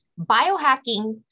biohacking